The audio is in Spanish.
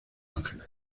ángeles